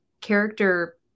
character